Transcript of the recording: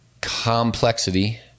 complexity